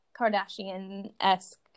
Kardashian-esque